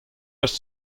wech